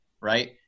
right